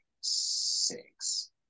six